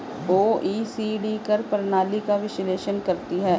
OECD कर प्रणाली का विश्लेषण करती हैं